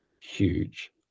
huge